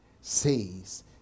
says